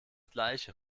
gleiche